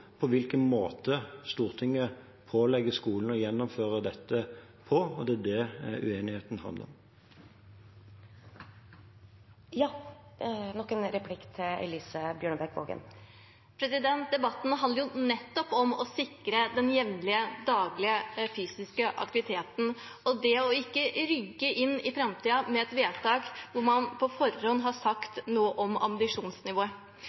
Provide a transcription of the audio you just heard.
på hvilken måte Stortinget pålegger skolene å gjennomføre dette, og det er det uenigheten handler om. Debatten handler nettopp om å sikre den jevnlige, daglige fysiske aktiviteten, og det ikke å rygge inn i framtiden med et vedtak hvor man på forhånd har sagt noe om ambisjonsnivået.